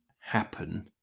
happen